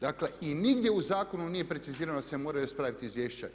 Dakle i nigdje u zakonu nije precizirano da se moraju ispraviti izvješća.